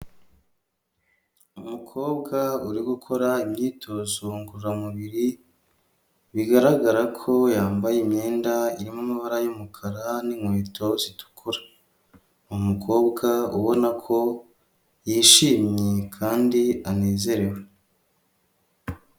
Umukobwa uri gukora imyitozo ngororamubiri, bigaragara ko yambaye imyenda irimo amabara y'umukara n'inkweto zitukura, umukobwa ubona ko yishimye kandi anezerewe.